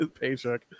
paycheck